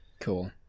Cool